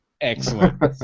Excellent